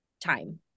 time